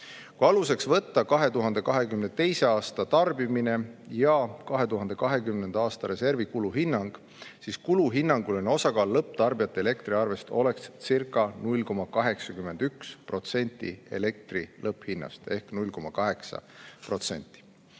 Kui aluseks võtta 2022. aasta tarbimine ja 2020. aasta reservi kulu hinnang, siis kulu hinnanguline osakaal lõpptarbijate elektriarves olekscirca0,81% elektri lõpphinnast ehk 0,8%.